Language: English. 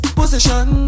position